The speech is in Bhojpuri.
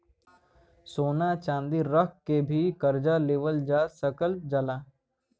सोना चांदी रख के भी करजा लेवल जा सकल जाला